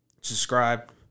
Subscribe